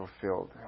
fulfilled